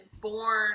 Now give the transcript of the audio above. born